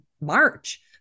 March